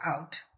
out